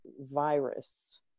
virus